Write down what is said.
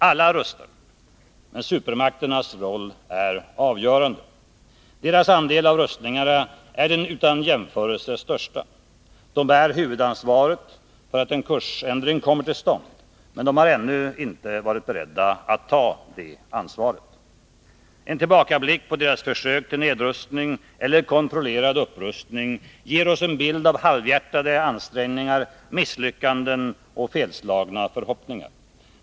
Alla rustar, men supermakternas roll är avgörande. Deras andel av rustningarna är den utan jämförelse största. De bär huvudansvaret för att en kursändring kommer till stånd, men de har ännu inte varit beredda att ta det ansvaret. En tillbakablick på deras försök till nedrustning eller kontrollerade upprustning ger oss en bild av halvhjärtade ansträngningar, misslyckanden och felslagna förhoppningar.